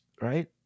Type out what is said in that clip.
right